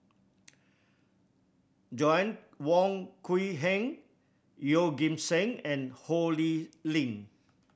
Joanna Wong Quee Heng Yeoh Ghim Seng and Ho Lee Ling